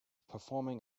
performing